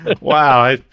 Wow